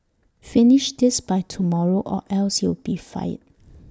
finish this by tomorrow or else you'll be fired